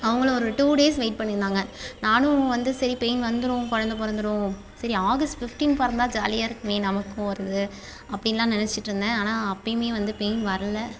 அவங்களும் ஒரு two days wait பண்ணிருந்தாங்க நானும் வந்து சரி பெயின் வந்துரும் குழந்த பிறந்துரும் சரி ஆகஸ்ட் ஃபிஃப்டீன் பிறந்தா ஜாலியாக இருக்குமே நமக்கும் வருது அப்படின்லாம் நினச்சிட்ருந்தேன் ஆனால் அப்பையுமே வந்து பெயின் வரல